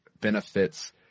benefits